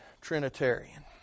Trinitarian